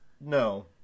no